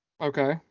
okay